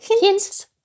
Hints